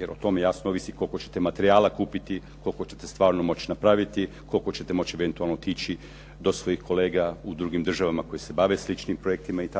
jer o tome jasno ovisi koliko ćete materijala kupiti, koliko ćete stvarno moći napraviti, koliko ćete moći eventualno otići do svojih kolega u drugim državama koji se bave sličnim projektima i